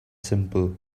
simple